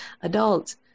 adults